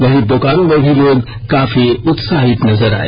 वहीं बोकारो में भी लोग काफी उत्साहित नजर आए